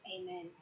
Amen